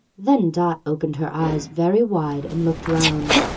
then dot opened her eyes very wide and looked round,